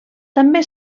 també